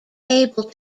able